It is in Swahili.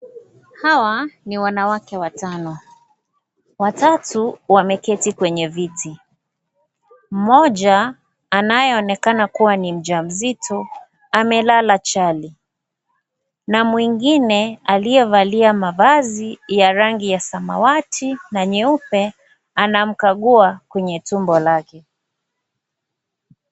Hawa ni wanawake watano. Watatu, wameketi kwenye viti. Mmoja, anayeonekana kuwa ni mjamzito, amelala chali, na mwingine, aliyevalia mavazi ya rangi ya samawati na nyeupe, anamkagua kwenye tumbo lake.